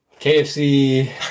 KFC